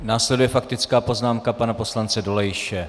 Následuje faktická poznámka pana poslance Dolejše.